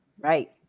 right